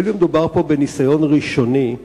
הואיל ומדובר פה בניסיון ראשוני,